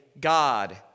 God